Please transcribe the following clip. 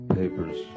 papers